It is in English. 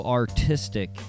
artistic